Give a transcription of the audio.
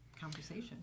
conversation